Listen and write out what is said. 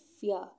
fear